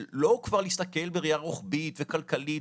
של כבר לא להסתכל בראייה רוחבית וכלכלית,